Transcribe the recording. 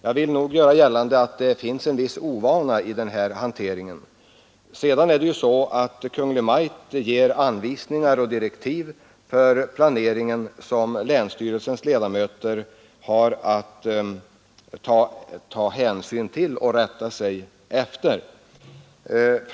Jag vill göra gällande att man ute i länen främst bland förtroendevalda känner en viss ovana i denna hantering. Vidare ger Kungl. Maj:t anvisningar och direktiv för planeringen, som länsstyrelsernas ledamöter har att rätta sig efter.